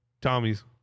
Tommy's